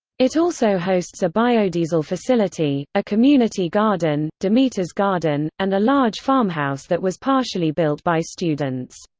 it also hosts a biodiesel facility, a community garden, demeters garden, and a large farmhouse that was partially built by students.